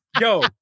Yo